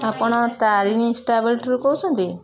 ଆପଣ ତାରିଣୀ ଟ୍ରାଭେଲ୍ସ୍ କହୁଛନ୍ତି